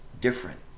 different